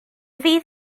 fydd